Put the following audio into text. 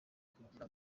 kugira